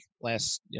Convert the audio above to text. last